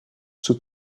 sous